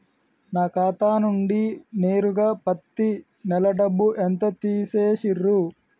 నా ఖాతా నుండి నేరుగా పత్తి నెల డబ్బు ఎంత తీసేశిర్రు?